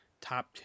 top